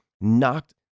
knocked